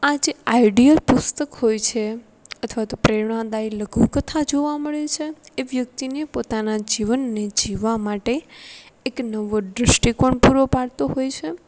આજે આઇડીયલ પુસ્તક હોય છે અથવા તો પ્રેરણાદાયી લધુકથા જોવા મળે છે એ વ્યક્તિને પોતાનાં જીવનને જીવવા માટે એક નવો દૃષ્ટિકોણ પૂરો પાડતો હોય છે